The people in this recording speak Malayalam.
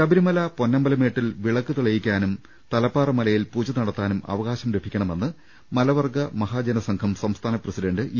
ശബരിമല പൊന്നമ്പലമേട്ടിൽ വിളക്ക് തെളിയിക്കാനും തലപ്പാറ മലയിൽ പൂജ നടത്താനും അവകാൾം ലഭിക്കണമെന്ന് മലവർഗ്ഗ മഹാജന സംഘം സംസ്ഥാന പ്രസിഡന്റ് ഇ